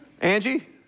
Angie